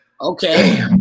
okay